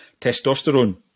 testosterone